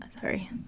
sorry